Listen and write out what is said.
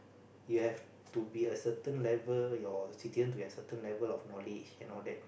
you have to be a certain level your citizen to have a certain level of knowledge and all that